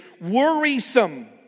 worrisome